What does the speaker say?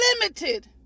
limited